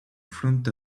front